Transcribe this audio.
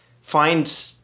find